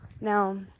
Now